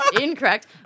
Incorrect